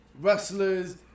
wrestlers